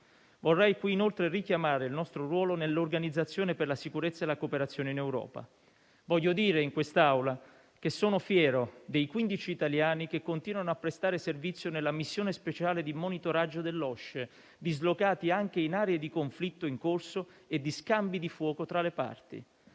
Vorrei, inoltre, richiamare qui il nostro ruolo nell'organizzazione per la sicurezza e la cooperazione in Europa. Voglio dire in questa Aula che sono fiero dei 15 italiani che continuano a prestare servizio nella missione speciale di monitoraggio dell'OSCE, dislocati anche in aree di conflitto in corso e di scambi di fuoco tra le parti.